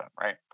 right